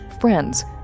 friends